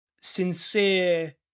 sincere